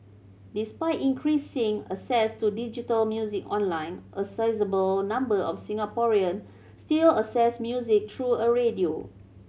despite increasing access to digital music online a sizeable number of Singaporean still access music through radio